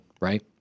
Right